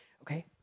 okay